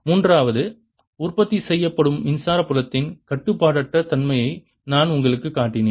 மூன்றாவது உற்பத்தி செய்யப்படும் மின்சார புலத்தின் கட்டுப்பாடற்ற தன்மையை நான் உங்களுக்குக் காட்டினேன்